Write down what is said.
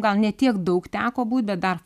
gal ne tiek daug teko būt bet dar